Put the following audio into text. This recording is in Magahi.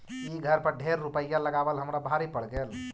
ई घर पर ढेर रूपईया लगाबल हमरा भारी पड़ गेल